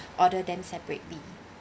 order them separately